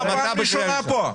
אתה פעם ראשונה כאן.